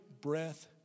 breath